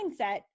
mindset